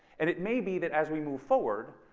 and it may be that as we move forward,